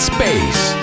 Space